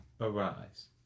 arise